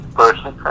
person